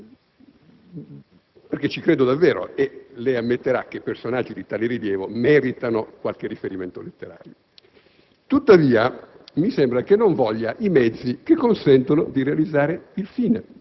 fulminante. BUTTIGLIONE *(UDC)*. Ci credo davvero, e lei ammetterà che personaggi di tale rilievo meritino qualche riferimento letterario.